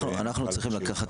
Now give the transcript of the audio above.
אנחנו צריכים לקחת,